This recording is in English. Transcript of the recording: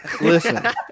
Listen